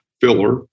filler